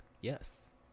Yes